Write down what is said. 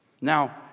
Now